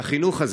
והחינוך הזה,